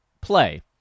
play